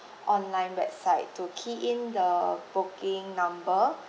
online website to key in the booking number